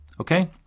okay